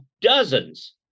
dozens